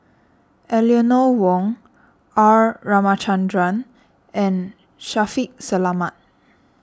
Eleanor Wong R Ramachandran and Shaffiq Selamat